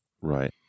right